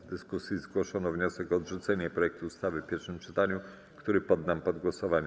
W dyskusji zgłoszono wniosek o odrzucenie projektu ustawy w pierwszym czytaniu, który poddam pod głosowanie.